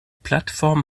plattform